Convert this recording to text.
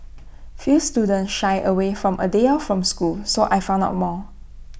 few students shy away from A day off from school so I found out more